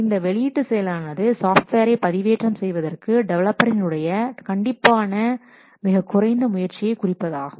இந்த வெளியீட்டு செயலானது சாஃப்ட்வேரை பதிவேற்றம் செய்வதற்கு டெவலப்பரின் உடைய கண்டிப்பான மிகக்குறைந்த முயற்சியை குறிப்பதாகும்